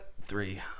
Three